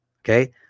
Okay